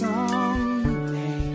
Someday